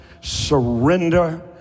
surrender